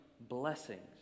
blessings